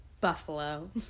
buffalo